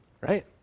Right